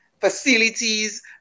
facilities